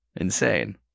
insane